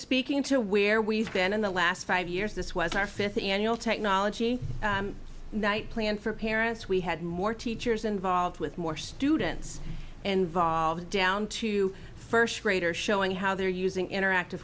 speaking to where we've been in the last five years this was our fifth annual technology night plan for parents we had more teachers involved with more students and volved down to first grader showing how they're using interactive